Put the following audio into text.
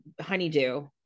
honeydew